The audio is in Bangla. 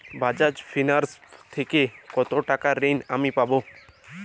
বাজাজ ফিন্সেরভ থেকে কতো টাকা ঋণ আমি পাবো?